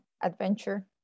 Adventure